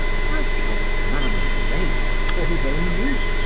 has not man made, for his own use,